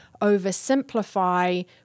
oversimplify